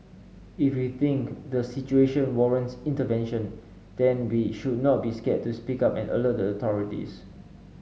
if we think the situation warrants intervention then we should not be scared to speak up and alert the authorities